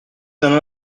d’un